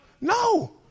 no